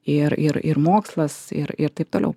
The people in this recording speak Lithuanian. ir ir ir mokslas ir ir taip toliau